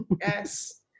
Yes